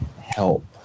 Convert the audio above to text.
help